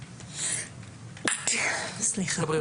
מירי,